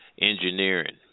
engineering